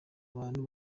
bantu